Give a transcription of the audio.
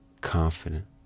confident